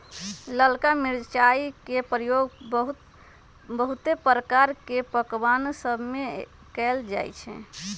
ललका मिरचाई के प्रयोग बहुते प्रकार के पकमान सभमें कएल जाइ छइ